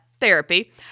therapy